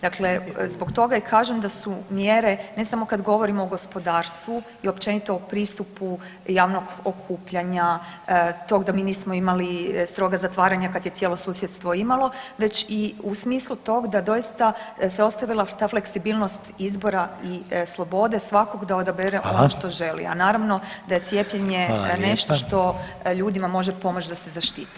Dakle, zbog toga i kažem da su mjere ne samo kad govorimo o gospodarstvu i općenito o pristupu javnog okupljanja, tog da mi nismo imali stroga zatvaranja kad je cijelo susjedstvo imalo, već i u smislu tog da doista se ostavila ta fleksibilnost izbora i slobode svakog da odabere ono što želi [[Upadica: Hvala.]] a naravno da je cijepljenje nešto [[Upadica: Hvala lijepa.]] što ljudima može pomoći da se zaštite.